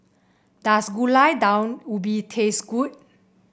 does Gulai Daun Ubi taste good